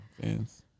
fans